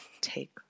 take